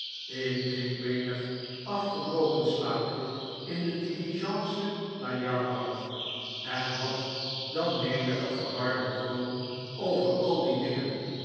ik deed menig afgetroken slaapje in de diligence naar yarmouth en had dan menigen verwarden droom over al die dingen